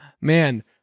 Man